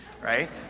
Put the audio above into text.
right